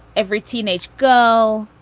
every teenage girl,